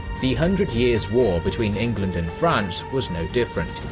the hundred years' war between england and france was no different,